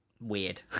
weird